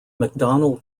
mcdonnell